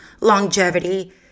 longevity